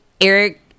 Eric